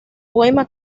poema